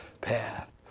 path